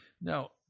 Now